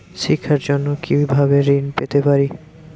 শিক্ষার জন্য কি ভাবে ঋণ পেতে পারি?